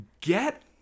Get